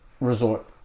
resort